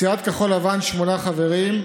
סיעת כחול לבן, שמונה חברים: